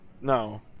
No